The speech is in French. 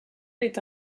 est